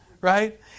right